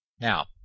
Now